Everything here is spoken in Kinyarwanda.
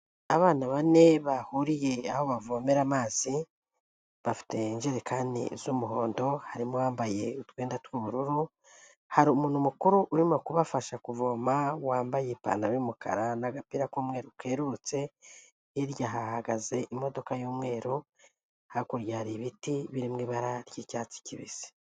Abana bane bahuriye aho bavomera amazi, bafite injerekani z'umuhondo, harimo abambaye utwenda tw'ubururu, hari umuntu mukuru urimo kubafasha kuvoma wambaye ipantaro y'umukara n'agapira k'umweru kerurutse; hirya hahagaze imodoka y'umweru, hakurya hari ibiti biri mu ibara ry'icyatsi kibisi.